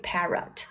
Parrot